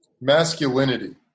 masculinity